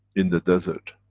in the desert.